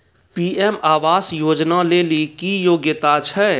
PM आवास योजना लेली की योग्यता छै?